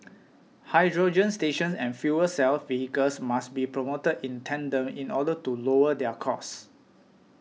hydrogen stations and fuel cell vehicles must be promoted in tandem in order to lower their cost